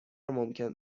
ممکن